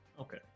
okay